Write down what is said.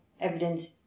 evidence